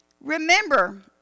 remember